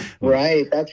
Right